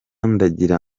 ndagira